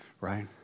Right